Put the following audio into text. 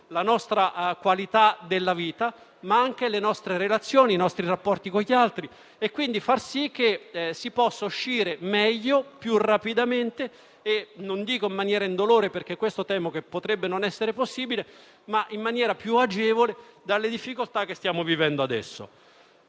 solo la qualità della nostra vita, ma anche le relazioni sociali e i nostri rapporti con gli altri, e quindi far sì che si possa uscire meglio, più rapidamente e non dico in maniera indolore - perché temo che potrebbe non essere possibile - ma in maniera più agevole, sì, dalle difficoltà che stiamo vivendo.